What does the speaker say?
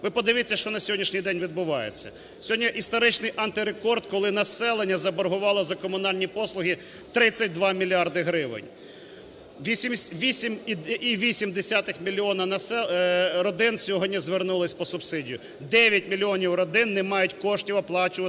Ви подивіться, що на сьогоднішній день відбувається. Сьогодні історичнийантирекорд, коли населення заборгувало за комунальні послуги 32 мільярди гривень, 8,8 мільйона родин сьогодні звернулися по субсидію, 9 мільйонів родин не мають коштів оплачувати